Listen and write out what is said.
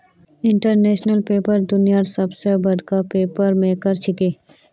international paper दुनियार सबस बडका पेपर मेकर छिके